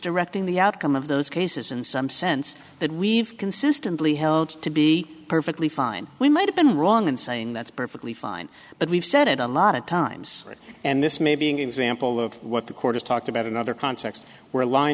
directing the outcome of those cases in some sense that we've consistently held to be perfectly fine we might have been wrong in saying that's perfectly fine but we've said it a lot of times and this may being an example of what the court has talked about another context where line